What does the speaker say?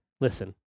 listen